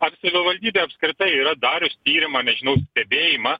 ar savivaldybė apskritai yra darius tyrimą nežinau stebėjimą